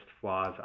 flaws